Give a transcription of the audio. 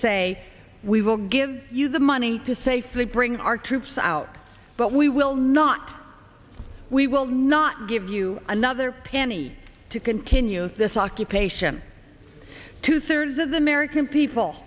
say we will give you the money to safely bring our troops out but we will not we will not give you another penny to continue with this occupation two thirds of the american people